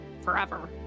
forever